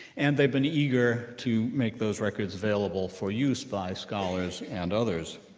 and they've been eager to make those records available for use by scholars and others.